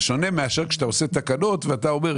זה שונה מאשר כשאתה עושה תקנות ואתה אומר,